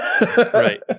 Right